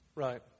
Right